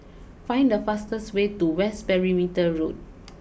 find the fastest way to West Perimeter Road